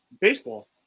baseball